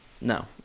no